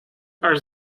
are